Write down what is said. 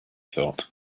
thought